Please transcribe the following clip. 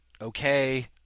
okay